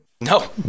No